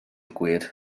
gwir